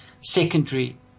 secondary